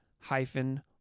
hyphen